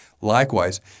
Likewise